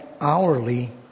hourly